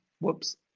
whoops